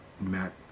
Matt